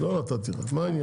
לא נתתי, אז מה העניין?